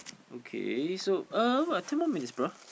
okay so uh !wah! ten more minutes bro